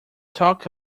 talk